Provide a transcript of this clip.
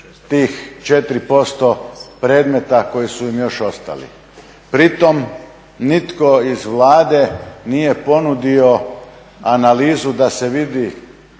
tih 4% predmeta koji su im još ostali. Pri tome nitko iz Vlade nije ponudio analizu da se vidi